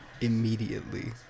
immediately